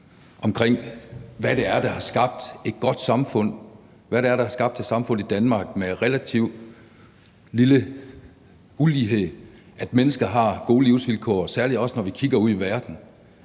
samfund, hvad det er, der har skabt et samfund i Danmark med en relativt lille ulighed, hvor mennesker har gode livsvilkår – særlig når vi kigger ud i verden.